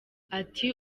ati